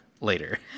later